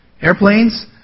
Airplanes